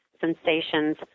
Sensations